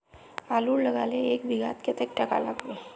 आलूर लगाले एक बिघात कतेक टका लागबे?